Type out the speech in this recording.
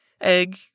Egg